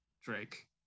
Drake